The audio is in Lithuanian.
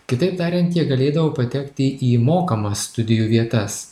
kitaip tariant jie galėdavo patekti į mokamas studijų vietas